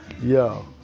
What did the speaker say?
Yo